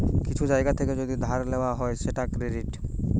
কিছু জায়গা থেকে যদি ধার লওয়া হয় সেটা ক্রেডিট